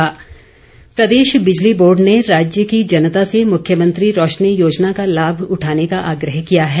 बिजली बोर्ड प्रदेश बिजली बोर्ड ने राज्य की जनता से मुख्यमंत्री रौशनी योजना का लाभ उठाने का आग्रह किया है